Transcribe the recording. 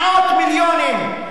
מאות מיליונים,